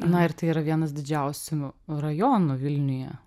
na ir tai yra vienas didžiausių rajonų vilniuje